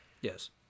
Yes